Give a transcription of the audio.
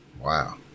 Wow